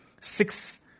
Six